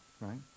Right